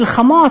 מלחמות,